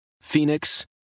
Phoenix